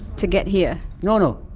to get here? no, no,